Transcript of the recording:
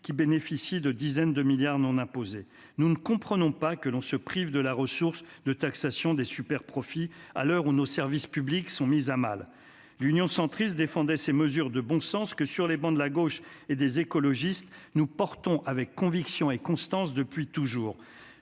qui bénéficient de dizaines de milliards d'euros non imposés. Nous ne comprenons pas que l'on se prive de la ressource de la taxation des superprofits à l'heure où nos services publics sont mis à mal. L'Union Centriste défendait ces mesures de bon sens que, sur les travées de la gauche et des écologistes, nous portons avec conviction et constance. J'entendais